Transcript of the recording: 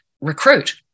recruit